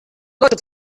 leute